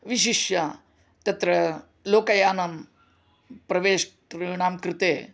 विशिष्य तत्र लोकयानं प्रवेष्टॄनां कृते